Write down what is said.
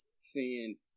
seeing